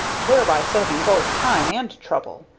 thereby saving both time and trouble.